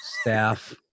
staff